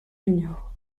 junior